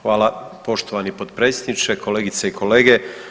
Hvala poštovani potpredsjedniče, kolegice i kolege.